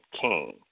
king